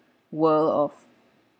world of